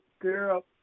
girl